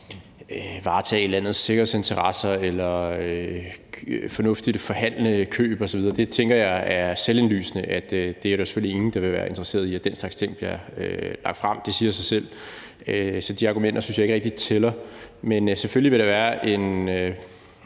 varetage landets sikkerhedsinteresser eller at have fornuftige forhandlinger om køb osv. Det tænker jeg er selvindlysende at der selvfølgelig ikke er nogen der vil være interesseret i, altså at den slags ting bliver lagt frem. Det siger sig selv, så de argumenter synes jeg ikke rigtig tæller. Men selvfølgelig vil der være en